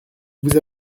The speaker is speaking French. vous